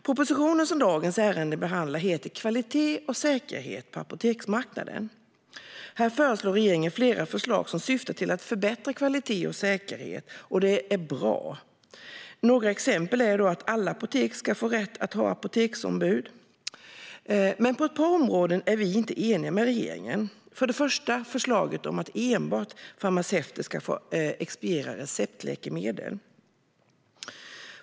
Propositionen som dagens ärende behandlar heter Kvalitet och säkerhet på apoteksmarknaden . Här har regeringen flera förslag som syftar till att förbättra kvalitet och säkerhet, vilket är bra. Ett exempel är att alla apotek ska få rätt att ha apoteksombud. Men på ett par områden är vi inte eniga med regeringen. Det första är förslaget om att enbart farmaceuter ska få expediera receptläkemedel.